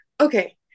okay